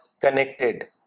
connected